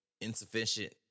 insufficient